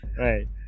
right